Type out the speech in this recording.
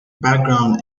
background